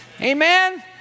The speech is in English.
Amen